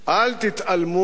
אל תתעלמו,